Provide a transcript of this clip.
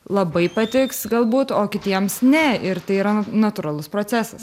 labai patiks galbūt o kitiems ne ir tai yra natūralus procesas